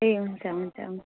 ए हुन्छ हुन्छ हुन्छ